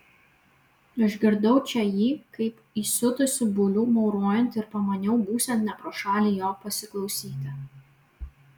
išgirdau čia jį kaip įsiutusį bulių maurojant ir pamaniau būsiant ne pro šalį jo pasiklausyti